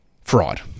fraud